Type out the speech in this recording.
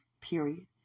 period